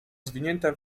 zwinięta